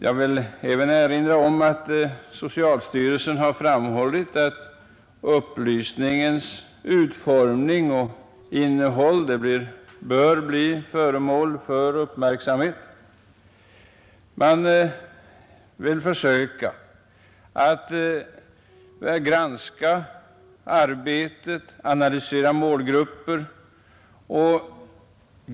Jag vill även erinra om att socialstyrelsen framhållit att upplysningens utformning och innehåll bör bli föremål för uppmärksamhet. Man vill försöka att granska arbetet och analysera målgrupper.